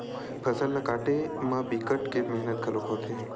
फसल ल काटे म बिकट के मेहनत घलोक होथे